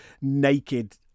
naked